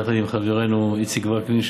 יחד עם חברנו איציק וקנין,